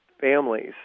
Families